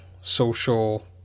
social